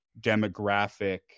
demographic